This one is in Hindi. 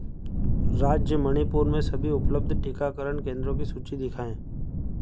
राज्य मणिपुर में सभी उपलब्ध टीकाकरण केंद्रों की सूची दिखाएँ